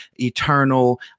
Eternal